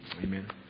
Amen